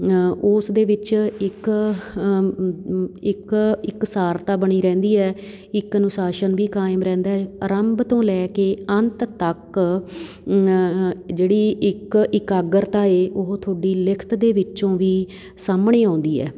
ਉਸ ਦੇ ਵਿੱਚ ਇੱਕ ਇੱਕ ਇਕਸਾਰਤਾ ਬਣੀ ਰਹਿੰਦੀ ਹੈ ਇੱਕ ਅਨੁਸ਼ਾਸਨ ਵੀ ਕਾਇਮ ਰਹਿੰਦਾ ਆਰੰਭ ਤੋਂ ਲੈ ਕੇ ਅੰਤ ਤੱਕ ਜਿਹੜੀ ਇੱਕ ਇਕਾਗਰਤਾ ਹੈ ਉਹ ਤੁਹਾਡੀ ਲਿਖਤ ਦੇ ਵਿੱਚੋਂ ਵੀ ਸਾਹਮਣੇ ਆਉਂਦੀ ਹੈ